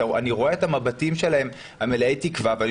אני רואה את המבטים שלהם מלאי התקווה ואני